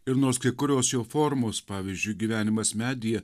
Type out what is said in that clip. ir nors kai kurios jo formos pavyzdžiui gyvenimas medyje